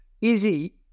easy